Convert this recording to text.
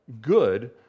good